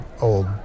old